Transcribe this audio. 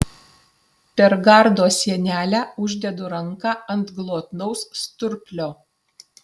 per gardo sienelę uždedu ranką ant glotnaus sturplio